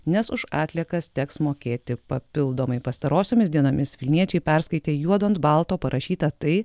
nes už atliekas teks mokėti papildomai pastarosiomis dienomis vilniečiai perskaitė juodu ant balto parašytą tai